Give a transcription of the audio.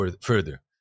further